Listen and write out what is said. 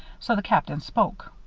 so the captain spoke.